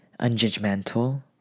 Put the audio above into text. unjudgmental